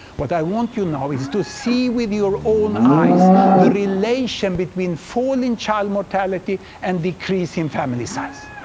what i want you now is to see with your own eyes the relation between fall in child mortality and decrease in family size.